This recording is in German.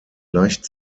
gleichen